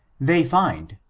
they find,